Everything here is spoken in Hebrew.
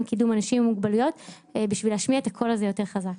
אנשים עם מוגבלויות בשביל להשמיע את הקול הזה יותר חזק.